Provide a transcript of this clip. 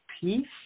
peace